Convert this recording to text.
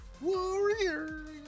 Warriors